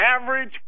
average